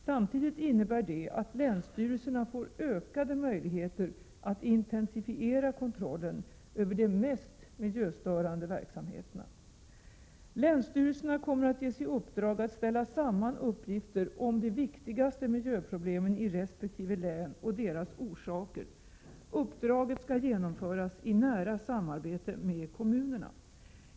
Samtidigt innebär det att länsstyrelserna får ökade möjligheter att intensifiera kontrollen över de mest miljöstörande verksamheterna. Länsstyrelserna kommer att ges i uppdrag att ställa samman uppgifter om de viktigaste miljöproblemen i resp. län och deras orsaker. Uppdraget skall genomföras i nära samarbete med kommunerna.